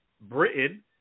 Britain